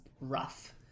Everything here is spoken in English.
rough